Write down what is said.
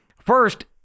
First